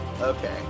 Okay